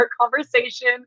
conversation